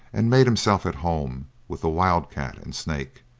and made himself at home with the wild cat and snake.